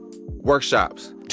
workshops